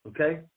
Okay